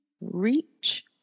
Reach